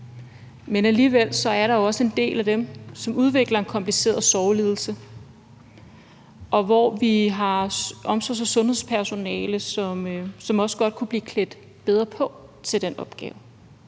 Men alligevel er der også en del af dem, som udvikler en kompliceret sorglidelse, og hvor vi har omsorgs- og sundhedspersonale, som også godt kunne blive klædt bedre på til den opgave